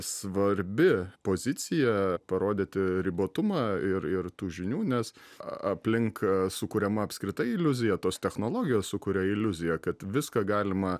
svarbi pozicija parodyti ribotumą ir ir tų žinių nes aplink sukuriama apskritai iliuzija tos technologijos sukuria iliuziją kad viską galima